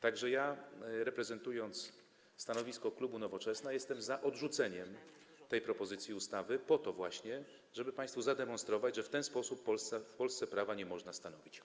Tak że ja, reprezentując stanowisko klubu Nowoczesna, jestem za odrzuceniem tej propozycji ustawy po to właśnie, żeby państwu zademonstrować, że w ten sposób w Polsce prawa nie można stanowić.